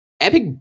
Epic